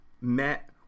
met